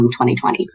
2020